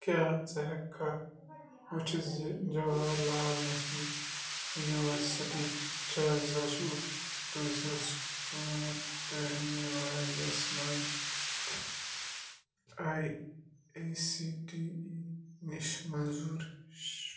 کیٛاہ ژٕ ہیٚکہِ کھا وُچھِتھ زِ جواہر لال نہروٗ یونیٖورسِٹی چھا زٕ ساس وُہ ٹُو زٕ ساس کُنوُہ تعلیٖمی ورۍ یَس مَنٛز آے اے سی ٹی نِش منظوٗر ش